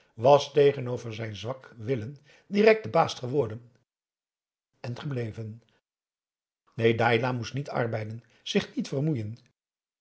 was tegenover zijn zwak willen direct de baas geworden en gebleven neen dailah moest niet arbeiden zich niet vermoeien